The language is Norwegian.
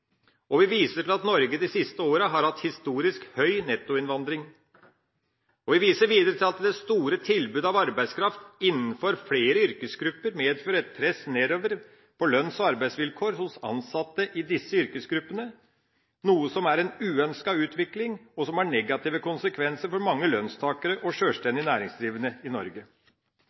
landet. Vi viser til at Norge de siste årene har hatt historisk høy nettoinnvandring. Vi viser videre til at det store tilbudet av arbeidskraft innenfor flere yrkesgrupper medfører et press nedover på lønns- og arbeidsvilkår hos ansatte i disse yrkesgruppene, noe som er en uønsket utvikling, og som har negative konsekvenser for mange lønnstakere og sjølstendig næringsdrivende i Norge.